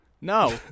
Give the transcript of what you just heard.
No